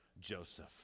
Joseph